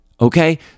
Okay